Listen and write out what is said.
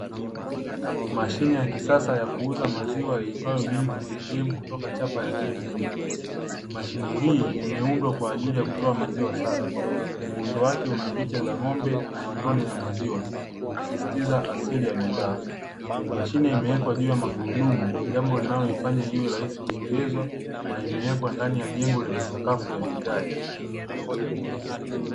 Mashine ya kisasa ya kuuza maziwa iitwayo "milk atm" kutoka chapa ya "Techwin". Mashine hii imeundwa kwa ajili ya kutoa maziwa safi, muundo wake una picha za ng'ombe na matone ya maziwa, ukisisitiza asili ya bidhaa. Mashine imewekwa juu ya magurudumu, jambo linaloifanya iwe rahisi kusogezwa na imewekwa ndani ya jengo lenye sakafu ya vigae.